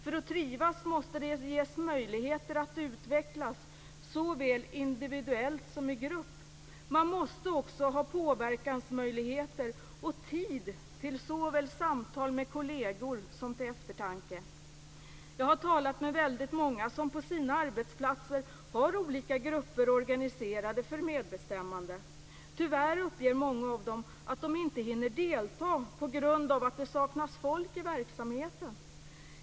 För att trivas måste det finnas möjligheter att utvecklas såväl individuellt som i grupp. Man måste också ha påverkansmöjligheter och tid till såväl samtal med kolleger som till eftertanke. Jag har talat med väldigt många som på sina arbetsplatser har olika grupper organiserade för medbestämmande. Tyvärr uppger många av dem att de inte hinner delta på grund av att det saknas folk i verksamheten!